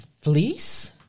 fleece